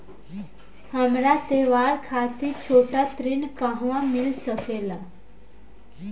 हमरा त्योहार खातिर छोटा ऋण कहवा मिल सकेला?